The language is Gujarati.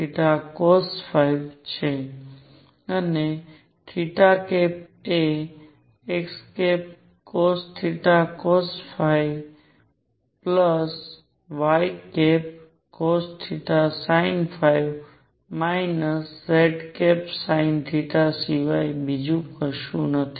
અને એ xcosθcosϕycosθsinϕ zsin સિવાય બીજું કશું નથી